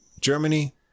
Germany